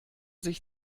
sich